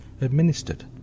administered